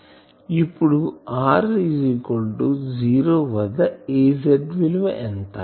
ఇప్పుడు r 0 వద్ద Az విలువ ఎంత